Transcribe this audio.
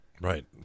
Right